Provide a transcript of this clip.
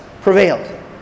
prevailed